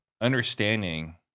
understanding